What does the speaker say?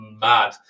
mad